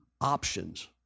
options